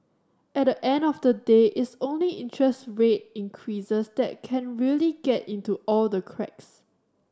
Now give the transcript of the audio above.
at the end of the day it's only interest rate increases that can really get into all the cracks